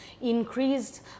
increased